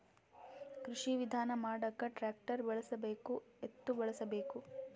ಕೃಷಿ ವಿಧಾನ ಮಾಡಾಕ ಟ್ಟ್ರ್ಯಾಕ್ಟರ್ ಬಳಸಬೇಕ, ಎತ್ತು ಬಳಸಬೇಕ?